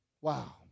Wow